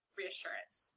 reassurance